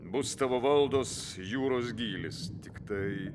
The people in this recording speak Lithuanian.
bus tavo valdos jūros gylis tiktai